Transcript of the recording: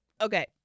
okay